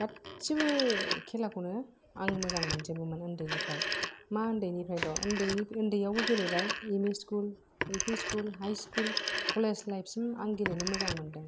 गासिबो खेलाखौनो आं मोजां मोनजोबोमोन उन्दैनिफ्राय मा उन्दैनिफायल' उन्दैनि उन्दैआवबो गेलेबाय M E school L P school high school college life सिम आं गेलेनो मोजां मोनदों